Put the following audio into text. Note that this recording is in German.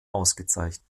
ausgezeichnet